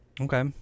Okay